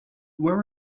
where